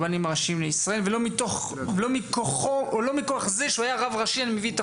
הראשיים לישראל ולא מכוח זה שהוא היה רב ראשי אני מביא את החוק.